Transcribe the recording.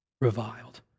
reviled